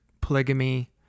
polygamy